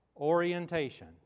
Orientation